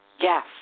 Yes